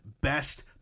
Best